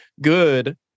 good